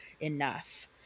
enough